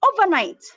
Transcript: Overnight